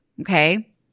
Okay